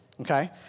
okay